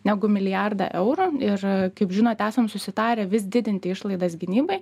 negu milijardą eurų ir kaip žinot esam susitarę vis didinti išlaidas gynybai